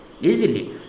Easily